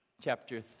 chapter